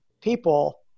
people